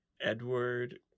Edward